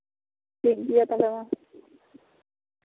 ᱴᱷᱤᱠ ᱜᱮᱭᱟ ᱛᱟᱦᱚᱞᱮ ᱢᱟ